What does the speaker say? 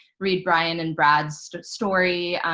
read brian and brad's story.